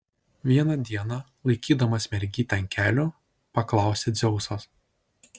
vieną dieną laikydamas mergytę ant kelių paklausė dzeusas